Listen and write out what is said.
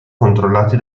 controllati